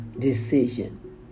Decision